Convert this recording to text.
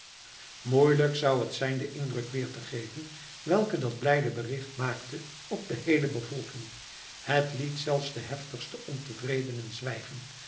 moeielijk zou het zijn den indruk weer te geven welken dat blijde bericht maakte op de heele bevolking het liet zelfs de heftigste ontevredenen zwijgen